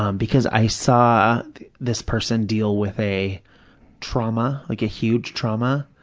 um because i saw this person deal with a trauma, like a huge trauma,